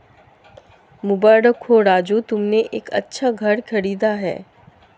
मुबारक हो राजू तुमने एक अच्छा घर खरीदा है